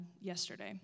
yesterday